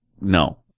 no